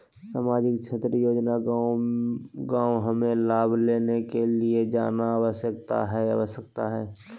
सामाजिक क्षेत्र योजना गांव हमें लाभ लेने के लिए जाना आवश्यकता है आवश्यकता है?